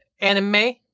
anime